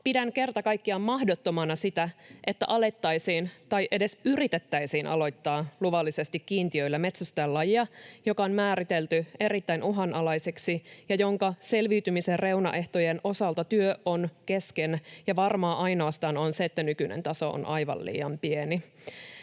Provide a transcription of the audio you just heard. Pidän kerta kaikkiaan mahdottomana sitä, että alettaisiin tai edes yritettäisiin alkaa luvallisesti kiintiöillä metsästää lajia, joka on määritelty erittäin uhanalaiseksi ja jonka selviytymisen reunaehtojen osalta työ on kesken, ja varmaa ainoastaan on se, että nykyinen taso on aivan liian pieni.